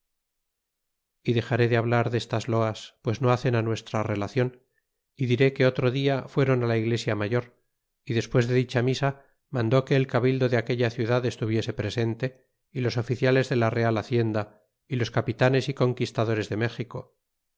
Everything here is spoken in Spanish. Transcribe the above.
y dexaré de hablar destas loas pues no hacen nuestra relacion y diré que otro dia fueron la iglesia mayor y despues de dicha misa mandó que el cabildo de aquella ciudad estuviese presente y los oficiales de la real hacienda y los capitanes y conquistadores de méxico